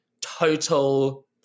total